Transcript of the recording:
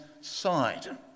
side